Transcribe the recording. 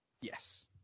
Yes